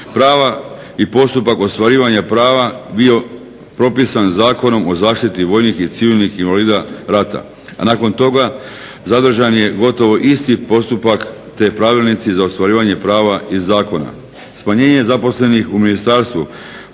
prava i postupak ostvarivanja prava bio propisan Zakonom o zaštiti vojnih i civilnih invalida rata, a nakon toga zadržan je gotovo isti postupak te pravilnici za ostvarivanje prava iz zakona. Smanjenje zaposlenih u ministarstvu